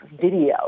video